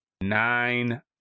nine